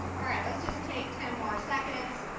all right, let's just take ten more seconds.